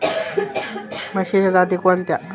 म्हशीच्या जाती कोणत्या?